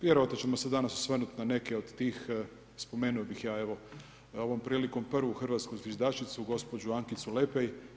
Vjerojatno ćemo se danas osvrnuti na neke od tih, spomenuo bih ja evo ovom prilikom prvu hrvatsku zviždačicu gospođu Ankicu Lepej.